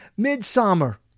Midsummer